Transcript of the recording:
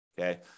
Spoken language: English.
okay